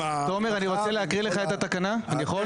תומר, אני רוצה להקריא לך את התקנה, אני יכול?